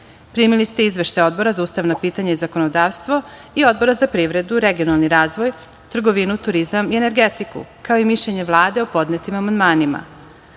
ste izveštaje Odbora za ustavna pitanja i zakonodavstvo i Odbora za privredu, regionalni razvoj, trgovinu, turizam i energetiku, kao i mišljenje Vlade o podnetim amandmanima. Pošto